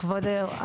כבוד היו"ר,